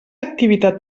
activitat